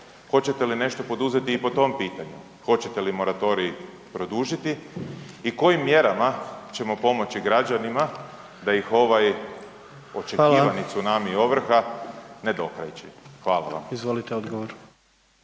hoćete li nešto poduzeti i po tom pitanju? Hoćete li moratorij produžiti i kojim mjerama ćemo pomoći građanima da ih ovaj očekivani …/Upadica: Hvala/…tsunami ovrha ne dokrajči? Hvala vam. **Jandroković,